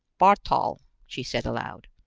bartol, she said aloud.